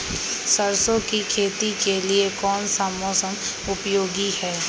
सरसो की खेती के लिए कौन सा मौसम उपयोगी है?